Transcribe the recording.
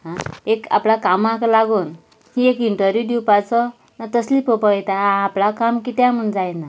आ एक आपल्या कामाक लागून ती एक इंटवीव दिवपाचो तसलें पळोवपा वयता आपणा काम किद्या म्हूण जायना